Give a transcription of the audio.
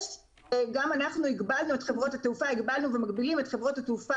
גם אנחנו הגבלנו ומגבילים את חברות התעופה